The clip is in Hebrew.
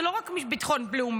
זה לא רק ביטחון לאומי,